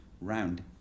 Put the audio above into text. round